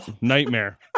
Nightmare